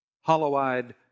hollow-eyed